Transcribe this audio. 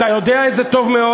אתה יודע את זה טוב מאוד.